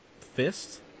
fist